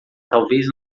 talvez